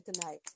tonight